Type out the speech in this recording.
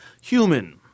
human